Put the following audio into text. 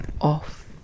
off